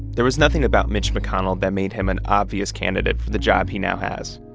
there was nothing about mitch mcconnell that made him an obvious candidate for the job he now has.